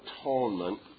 Atonement